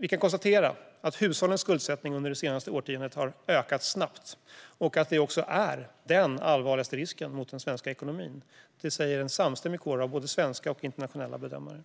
Vi kan konstatera att hushållens skuldsättning under det senaste årtiondet har ökat snabbt och att det är den allvarligaste risken för den svenska ekonomin. Detta säger en samstämmig kår av både svenska och internationella bedömare.